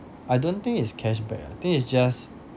I don't think it's cashback ah I think it's just